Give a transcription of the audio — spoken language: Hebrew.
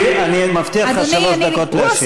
אני מבטיח לך שלוש דקות להשיב.